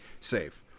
safe